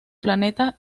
planeta